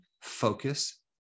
focus